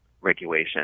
regulation